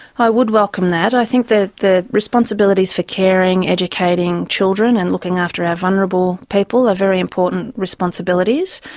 i would welcome that. i think the the responsibilities for caring, educating children and looking after our vulnerable people are very important responsibilities,